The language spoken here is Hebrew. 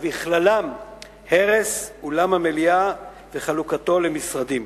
ובכללם הרס אולם המליאה וחלוקתו למשרדים.